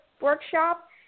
workshop